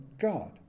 God